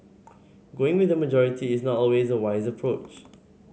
going with the majority is not always a wise approach